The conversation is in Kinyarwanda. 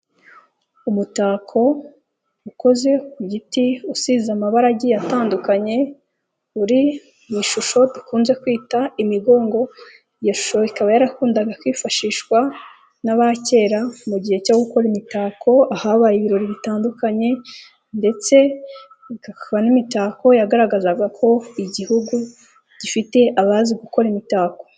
Umutako ukoze ku giti usize amabaragi atandukanye, uri mu ishusho dukunze kwita imigongo, iyo shusho ikaba yarakundaga kwifashishwa n'abakera mu gihe cyo gukora imitako, ahabaye ibirori bitandukanye, ndetse ikaba n'imitako yagaragazaga ko igihugu gifite abazi gukora imitako.